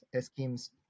schemes